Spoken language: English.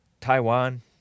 Taiwan